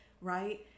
Right